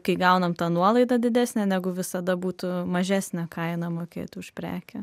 kai gaunam tą nuolaidą didesnę negu visada būtų mažesnė kaina mokėti už prekę